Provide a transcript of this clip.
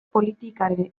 politikaren